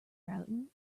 routing